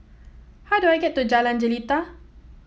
how do I get to Jalan Jelita